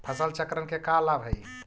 फसल चक्रण के का लाभ हई?